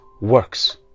works